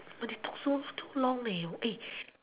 but they talk so still so long